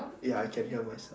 ya I can hear myself